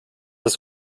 das